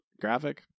graphic